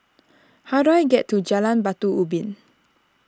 how do I get to Jalan Batu Ubin